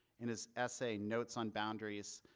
in his essay notes on boundaries,